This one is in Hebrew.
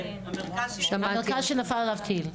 כן, המרכז שנפל עליו טיל.